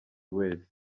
wese